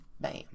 Bam